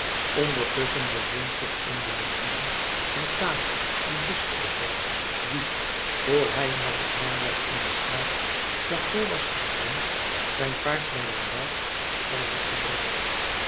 ondertusschen bevond zich onder de lieden aan tafel een vischkooper die vr hij naar de herberg in de straat chaffaut was gegaan zijn paard bij labarre op stal had gebracht